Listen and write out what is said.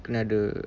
kena ada